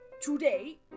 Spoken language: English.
Today